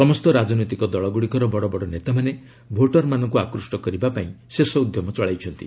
ସମସ୍ତ ରାଜନୈତିକ ଦଳଗୁଡ଼ିକର ବଡ଼ବଡ଼ ନେତାମାନେ ଭୋଟରମାନଙ୍କୁ ଆକୃଷ୍ଟ କରିବା ପାଇଁ ଶେଷ ଉଦ୍ୟମ ଚଳାଇଛନ୍ତି